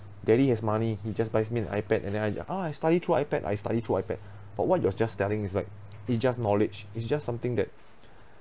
daddy has money he just buys me an I_pad and then uh ya ah I study through I_pad I study through I_pad but what you're just telling is like it just knowledge is just something that